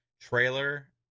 trailer